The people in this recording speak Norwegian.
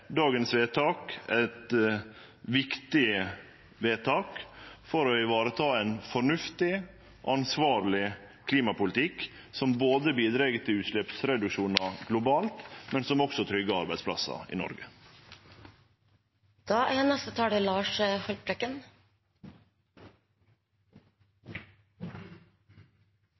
dagens vedtak eit viktig vedtak for å vareta ein fornuftig og ansvarleg klimapolitikk som både bidreg til utsleppsreduksjonar globalt og tryggjar arbeidsplassar i Noreg. I